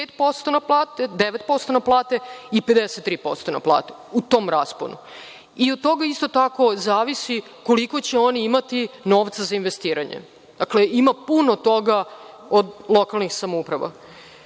9% na plate i koje troše 53% na plate u tom rasponu. Od toga isto tako zavisi koliko će oni imati novca za investiranje. Dakle, ima puno toga od lokalnih samouprava. Mislim